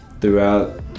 throughout